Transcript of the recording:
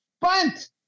Bunt